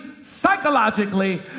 psychologically